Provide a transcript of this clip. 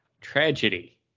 tragedy